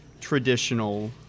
traditional